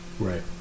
Right